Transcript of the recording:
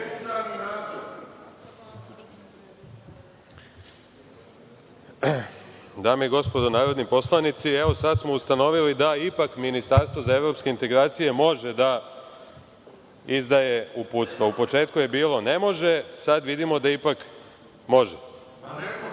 Dame i gospodo narodni poslanici, evo sad smo ustanovili da ipak ministarstvo za evropske integracije može da izdaje uputstva. U početku je bilo ne može, sad vidimo da ipak može.(Vojislav